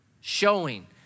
showing